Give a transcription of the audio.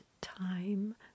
time